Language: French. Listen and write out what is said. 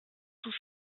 tout